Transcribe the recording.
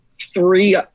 three